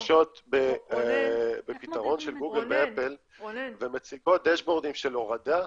-- שמשתמשות בפתרון של גוגל ואפל ומציגות דשבורדים של הורדה,